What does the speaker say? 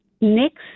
Next